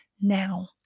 now